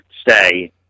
stay